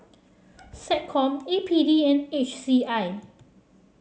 SecCom A P D and H C I